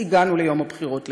הגענו ליום הבחירות להסתדרות.